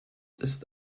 ist